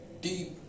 deep